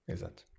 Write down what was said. Exato